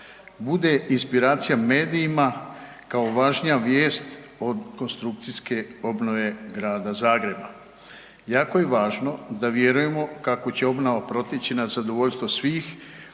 bude inspiracija medijima kao važnija vijest od konstrukcijske obnove grada Zagreba. Jako je važno da vjerujem kako će obnova proteći na zadovoljstvo svih